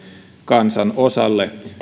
kansanosalle